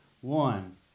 one